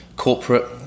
corporate